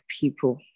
people